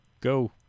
Go